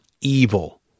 evil